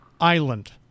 island